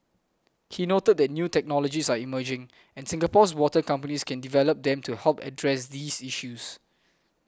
he noted that new technologies are emerging and Singapore's water companies can develop them to help address these issues